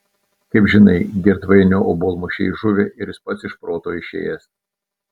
kaip žinai girdvainio obuolmušiai žuvę ir jis pats iš proto išėjęs